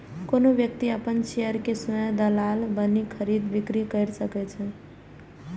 कोनो व्यक्ति अपन शेयर के स्वयं दलाल बनि खरीद, बिक्री कैर सकै छै